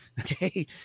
okay